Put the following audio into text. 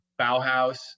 Bauhaus